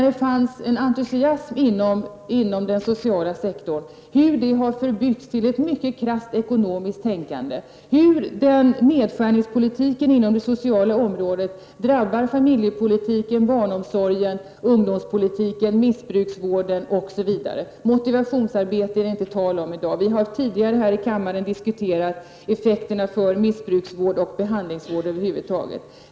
Det fanns då inom den sociala sektorn en entusiasm, en entusiasm som nu har förbytts i ett mycket krasst ekonomiskt tänkande. Nedskärningspolitiken inom det sociala området drabbar nu familjepolitiken, barnomsorgen, ungdomspolitiken, missbruksvården, osv. Motivationsarbete är det i dag inte tal om. Vi har tidigare här i kammaren diskuterat effekterna för missbruksvård och behandlingsvård över huvud taget.